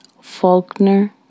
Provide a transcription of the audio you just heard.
Faulkner